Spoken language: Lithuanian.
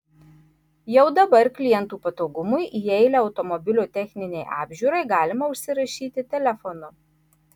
jau dabar klientų patogumui į eilę automobilio techninei apžiūrai galima užsirašyti telefonu